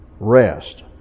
rest